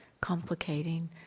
complicating